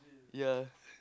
ya